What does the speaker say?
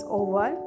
over